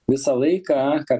visą laiką ką